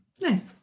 Nice